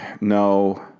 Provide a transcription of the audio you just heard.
no